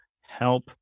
help